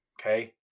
okay